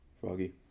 froggy